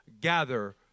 Gather